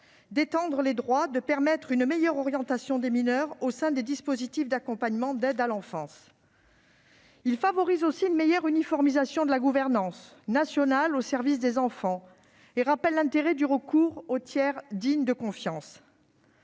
étend les droits des mineurs et permet de mieux les orienter au sein des dispositifs d'accompagnement de l'aide à l'enfance. Il favorise aussi une meilleure uniformisation de la gouvernance nationale au service des enfants et rappelle l'intérêt du recours au tiers digne de confiance.